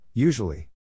Usually